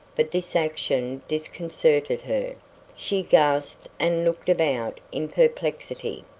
but this action disconcerted her she gasped and looked about in perplexity.